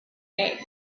day